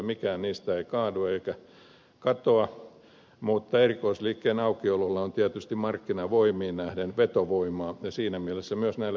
mikään niistä ei kaadu eikä katoa mutta erikoisliikkeen aukiololla on tietysti markkinavoimiin nähden vetovoimaa ja siinä mielessä se on myös näille päivittäistavarakaupoille tarpeellista